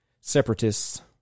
separatists